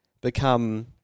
become